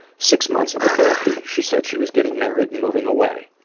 six months into therapy she said she was getting married and moving away.